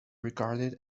regarded